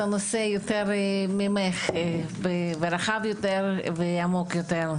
הנושא באופן יותר רחב ועמוק יותר ממך.